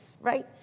right